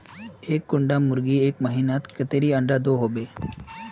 एक कुंडा मुर्गी एक महीनात कतेरी अंडा दो होबे?